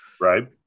Right